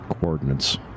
coordinates